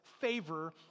favor